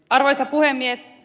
arvoisa puhemies